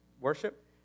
worship